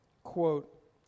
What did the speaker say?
Quote